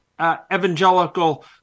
Evangelical